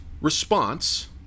response